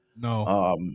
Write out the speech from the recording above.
No